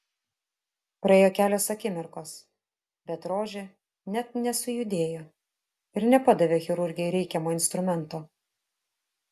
praėjo kelios akimirkos bet rožė net nesujudėjo ir nepadavė chirurgei reikiamo instrumento